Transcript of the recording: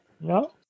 no